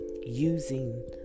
using